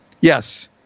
Yes